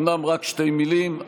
אומנם רק שתי מילים,